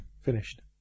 finished